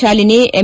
Shalini M